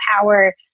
power